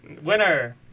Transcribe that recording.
Winner